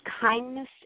kindness